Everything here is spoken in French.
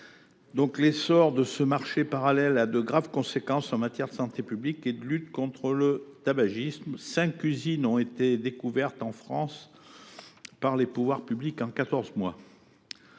tabac. L’essor de ce marché parallèle a de graves conséquences en matière de santé publique et de lutte contre le tabagisme. Cinq usines ont été découvertes en France par les pouvoirs publics en quatorze